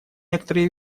некоторые